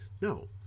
No